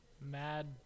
Mad